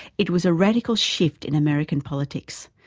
it was a radical shift in american politics,